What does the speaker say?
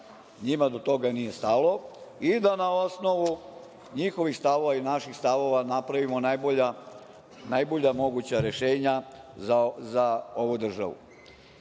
nije do toga stalo i da na osnovu njihovih i naših stavova napravimo najbolja moguća rešenja za ovu državu. Oni